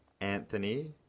Anthony